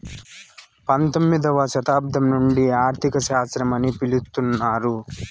పంతొమ్మిదవ శతాబ్దం నుండి ఆర్థిక శాస్త్రం అని పిలుత్తున్నారు